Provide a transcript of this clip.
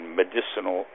medicinal